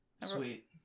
sweet